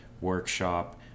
workshop